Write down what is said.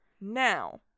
Now